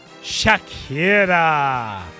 Shakira